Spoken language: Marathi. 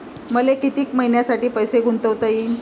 मले कितीक मईन्यासाठी पैसे गुंतवता येईन?